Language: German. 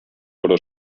oder